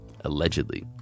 allegedly